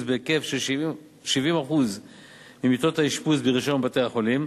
בהיקף של 70% ממיטות האשפוז ברשיון בתי-החולים,